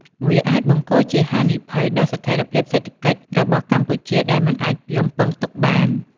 វាអាចបង្កជាហានិភ័យដល់ស្ថិរភាពសេដ្ឋកិច្ចរបស់កម្ពុជាដែលមិនអាចរំពឹងទុកបាន។